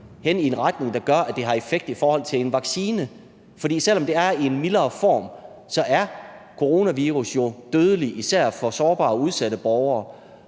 hen i en retning, hvor det får en effekt i forhold til en vaccine. For selv om det er i en mildere form, er coronavirus jo dødelig, især for sårbare og udsatte borgere.